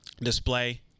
display